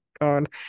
God